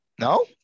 No